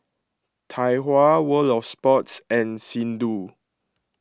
Tai Hua World of Sports and Xndo